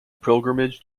pilgrimage